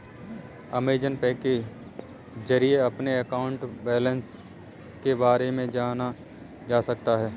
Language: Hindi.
अमेजॉन पे के जरिए अपने अकाउंट बैलेंस के बारे में जाना जा सकता है